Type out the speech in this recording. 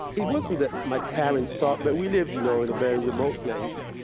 it wasn't that my parents taught, but we lived you know in a very remote place.